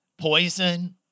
Poison